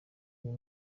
uyu